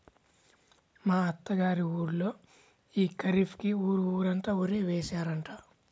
మా అత్త గారి ఊళ్ళో యీ ఖరీఫ్ కి ఊరు ఊరంతా వరే యేశారంట